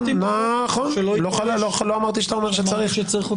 לא אמרתי שאתה אומר שצריך.